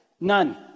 None